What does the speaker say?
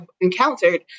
encountered